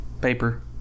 paper